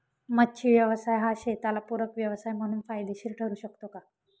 मच्छी व्यवसाय हा शेताला पूरक व्यवसाय म्हणून फायदेशीर ठरु शकतो का?